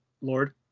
Lord